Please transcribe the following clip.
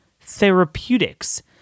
therapeutics